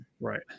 Right